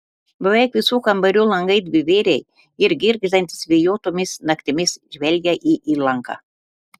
beveik visų kambarių langai dvivėriai ir girgždantys vėjuotomis naktimis žvelgia į įlanką